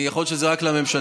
יכול להיות שזה רק לממשלתיים.